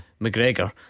McGregor